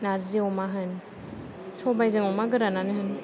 नार्जि अमा होन सबायजों अमा गोरानानो होन